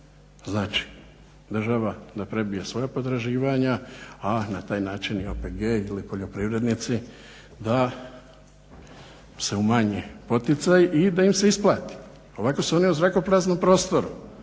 Znači država da prebije svoja potraživanja, a na taj način i OPG ili poljoprivrednici da se umanje poticaji i da im se isplati. Ovako su oni u zrakopraznom prostoru,